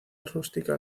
rústica